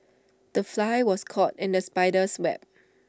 the fly was caught in the spider's web